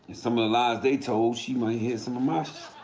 some of the lies they told she might hear some of mine.